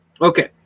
Okay